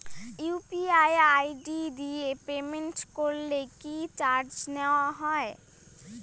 UPI ID দিয়ে payment করলে কি চার্জ নেয়া হয়?